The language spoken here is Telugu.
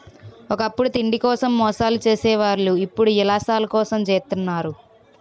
ఒకప్పుడు తిండి కోసం మోసాలు సేసే వాళ్ళు ఇప్పుడు యిలాసాల కోసం జెత్తన్నారు